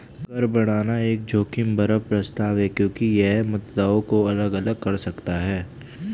कर बढ़ाना एक जोखिम भरा प्रस्ताव है क्योंकि यह मतदाताओं को अलग अलग कर सकता है